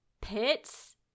pits